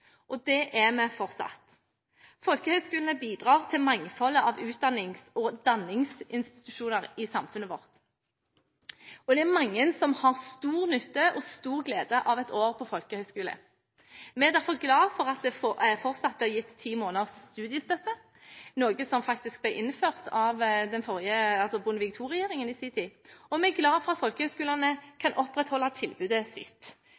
og det er vi fortsatt. Folkehøyskolene bidrar til mangfoldet av utdannings- og danningsinstitusjoner i samfunnet vårt. Det er mange som har stor nytte og stor glede av et år på folkehøyskole. Vi er derfor glade for at det fortsatt blir gitt 10 måneders studiestøtte – noe som faktisk ble innført av Bondevik II-regjeringen i sin tid – og vi er glade for at folkehøyskolene kan opprettholde tilbudet sitt.